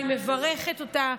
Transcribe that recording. אני מברכת אותה.